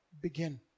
begin